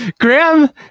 Graham